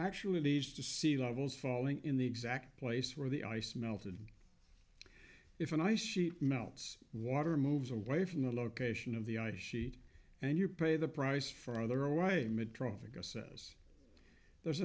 actually leads to sea levels falling in the exact place where the ice melted and if an ice sheet melts water moves away from the location of the ice sheet and you pay the price for other away mitrovica says there's